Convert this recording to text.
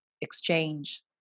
exchange